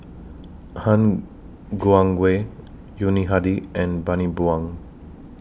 Han Guangwei Yuni Hadi and Bani Buang